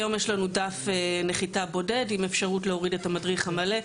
היום יש לנו דף נחיתה בודד עם אפשרות להוריד את המדריך המלא.